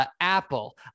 Apple